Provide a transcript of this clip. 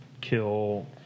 kill